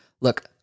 Look